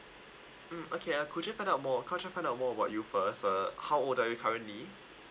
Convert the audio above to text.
mm okay uh could you find out more could I just find out more about you first uh how old are you currently